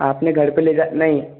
आपने घर पर ले जा नहीं